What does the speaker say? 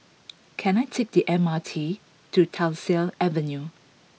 can I take the M R T to Tyersall Avenue